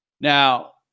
Now